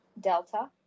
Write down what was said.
Delta